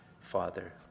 Father